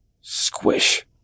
Squish